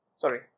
Sorry